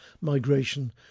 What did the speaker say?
migration